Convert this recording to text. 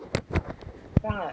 放了